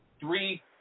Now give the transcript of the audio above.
Three